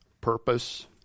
purpose